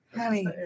Honey